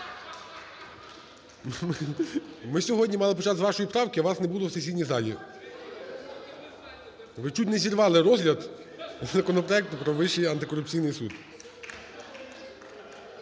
Ми сьогодні мали почати з вашої правки, а вас не було в сесійній залі, ви чуть не зірвали розгляд законопроекту про Вищий антикорупційний суд.